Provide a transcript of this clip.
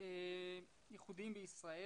ייחודיים בישראל,